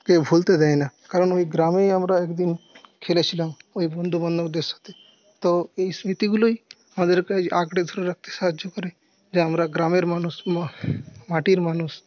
কে ভুলতে দেয় না কারণ ওই গ্রামেই আমরা একদিন খেলেছিলাম ওই বন্ধু বান্ধবদের সাথে তো এই স্মৃতিগুলোই আমাদেরকে আঁকড়ে ধরে রাখতে সাহায্য করে যে আমরা গ্রামের মানুষ মাটির মানুষ